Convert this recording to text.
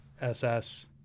SS